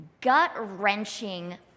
gut-wrenching